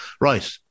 right